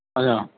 اچھا